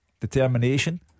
Determination